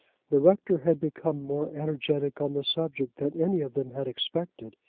the rector had become more energetic on the subject than any of them had expected.